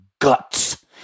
guts